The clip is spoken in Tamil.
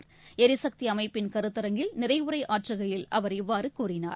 ளிசக்திஅமைப்பின் கருத்தரங்கில் நிறைவுரைஆற்றுகையில் அவர் இவ்வாறுகூறினார்